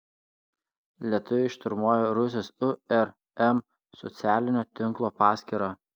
lietuviai šturmuoja rusijos urm socialinio tinklo paskyrą